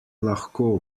lahko